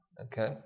Okay